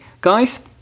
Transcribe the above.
guys